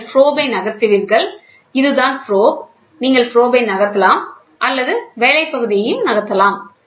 நீங்கள் ப்ரோப் நகர்த்துவீர்கள் இது தான் ப்ரோப் நீங்கள் ப்ரோப் நகர்த்தலாம் அல்லது வேலை பகுதியை நகர்த்தலாம்